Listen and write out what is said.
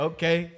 Okay